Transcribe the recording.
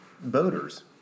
voters